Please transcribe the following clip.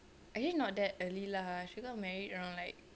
actually not that early lah she got married around like